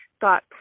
got